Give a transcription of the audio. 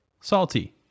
salty